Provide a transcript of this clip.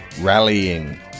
rallying